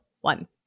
one